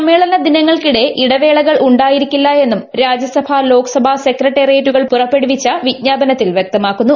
സമ്മേളന ദിനങ്ങൾക്കിടെ ഇടവേളകൾ ഉണ്ടായിരിക്കില്ല എന്നും രാജ്യസഭ ലോക്സഭാ സെക്രട്ടറിയേറ്റുകൾ പുറപ്പെടുവിച്ച വിജ്ഞാപനത്തിൽ വൃക്തമാക്കുന്നു